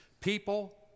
people